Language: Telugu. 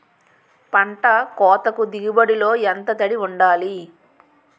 పంట కోతకు దిగుబడి లో ఎంత తడి వుండాలి?